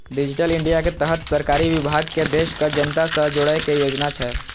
digital India के तहत सरकारी विभाग कें देशक जनता सं जोड़ै के योजना छै